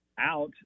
out